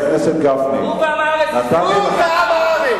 תסתום את הפה.